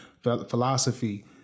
philosophy